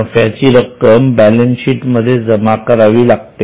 नफ्याची रक्कम balance sheet मध्ये जमा करावी लागते